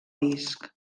disc